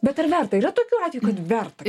bet ar verta yra tokių atvejų kad verta